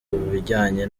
bijyanye